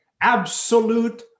absolute